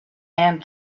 and